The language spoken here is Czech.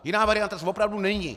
Jiná varianta opravdu není!